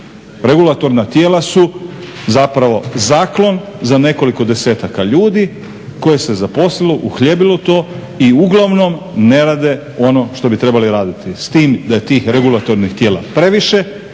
Regulatorna tijela su zapravo zaklon za nekoliko desetaka ljudi koje se zaposlilo uhljebilo to i uglavnom ne rade ono što bi trebali raditi. s tim da je tih regulatornih tijela previše